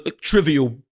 trivial